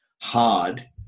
Hard